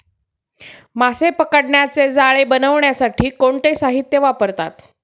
मासे पकडण्याचे जाळे बनवण्यासाठी कोणते साहीत्य वापरतात?